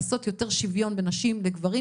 לעשות יותר שוויון בין נשים לגברים